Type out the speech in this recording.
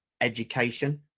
education